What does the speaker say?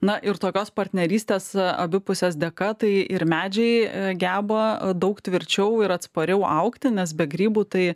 na ir tokios partnerystės abipusės dėka tai ir medžiai geba daug tvirčiau ir atspariau augti nes be grybų tai